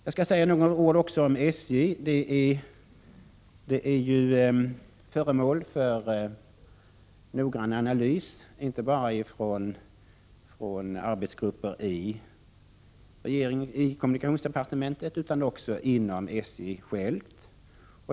Jag skall också säga några ord om SJ. SJ är föremål för en noggrann analys inte bara av arbetsgrupper inom kommunikationsdepartementet utan också inom SJ självt.